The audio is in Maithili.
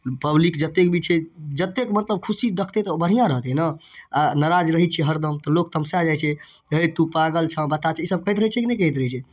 पब्लिक जतेक भी छै जतेक मतलब खुशी देखतै तऽ बढिआँ रहतै ने आओर नराज रहै छियै हरदम तऽ लोक तमसा जाइ छै हय तू पागल छँ बताह छँ ई सब कहैत रहै छै कि नहि हैत रहै छै